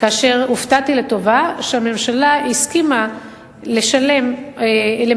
והופתעתי לטובה שהממשלה הסכימה לממן